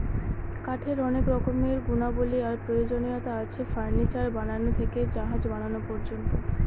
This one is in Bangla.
কাঠের অনেক রকমের গুণাবলী আর প্রয়োজনীয়তা আছে, ফার্নিচার বানানো থেকে জাহাজ বানানো পর্যন্ত